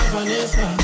Vanessa